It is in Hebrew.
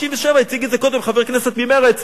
הציג את זה קודם חבר כנסת ממרצ,